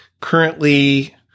currently